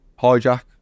Hijack